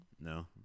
No